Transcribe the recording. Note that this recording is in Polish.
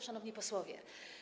Szanowni Posłowie!